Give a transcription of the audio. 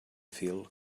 fil